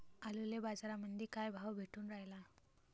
आलूले बाजारामंदी काय भाव भेटून रायला?